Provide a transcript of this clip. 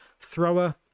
Thrower